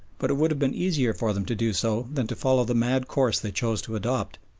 but it would have been easier for them to do so than to follow the mad course they chose to adopt.